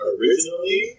Originally